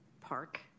Park